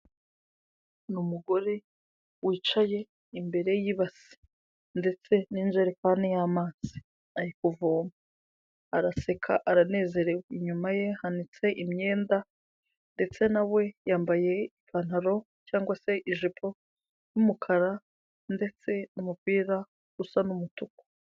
N’umugore wicaye imbere y'ibasi ndetse n’injerekani y'amazi ari kuvoma ,araseka aranezerewe inyuma ye hanitse imyenda ndetse na we yambaye ipantaro cyangwa se ijipo y'umukara ndetse n'umupira usa n'umutuku.